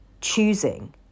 choosing